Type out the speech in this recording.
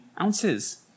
ounces